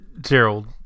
Gerald